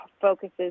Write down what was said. focuses